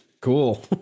Cool